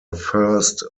first